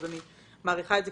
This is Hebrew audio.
אז אני מעריכה את זה.